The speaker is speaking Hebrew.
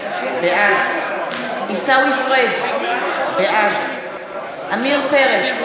בעד עיסאווי פריג' בעד עמיר פרץ,